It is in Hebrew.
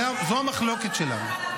זו המחלוקת שלנו.